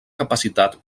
capacitat